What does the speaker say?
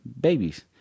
babies